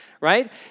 right